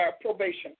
probation